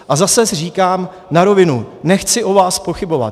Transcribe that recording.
A zase říkám na rovinu, nechci o vás pochybovat.